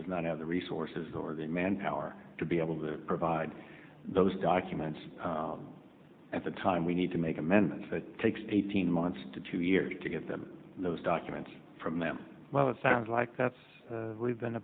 does not have the resources or the manpower to be able to provide those documents at the time we need to make amendments it takes eighteen months to two years to get them those documents from them well it sounds like that's